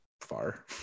far